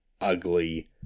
ugly